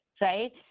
right